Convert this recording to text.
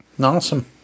Awesome